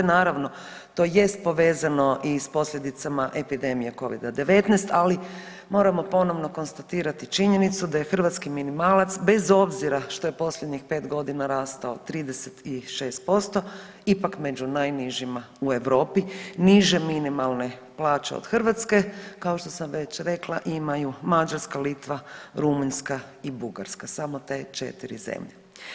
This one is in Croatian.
Naravno, to jest povezano i s posljedicama epidemije Covida-19, ali moramo ponovno konstatirati činjenicu da je hrvatski minimalac, bez obzira što je posljednjih 5 godina rastao 36% ipak među najnižima u Europi, niže minimalne plaće od hrvatske, kao što sam već rekla imaju Mađarska, Litva, Rumunjska i Bugarska, samo te 4 zemlje.